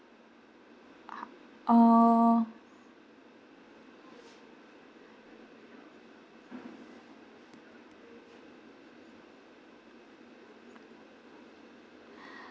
uh